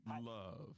love